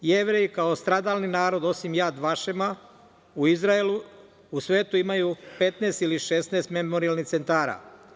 Jevreji kao stradalni narod, osim "Jad Vašema" u Izraelu, u svetu imaju 15 ili 16 memorijalnih centara.